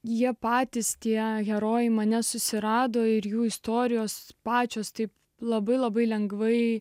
jie patys tie herojai mane susirado ir jų istorijos pačios taip labai labai lengvai